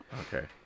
Okay